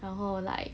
然后 like